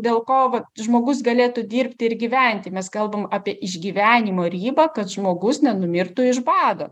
dėl ko va žmogus galėtų dirbti ir gyventi mes kalbam apie išgyvenimo ribą kad žmogus nenumirtų iš bado